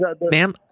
ma'am